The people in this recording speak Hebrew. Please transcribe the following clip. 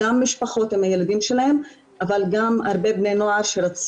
גם המשפחות כולן נמצאות בארץ ולכן אני מניחה שבני הנוער מזהים,